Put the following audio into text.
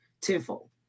tenfold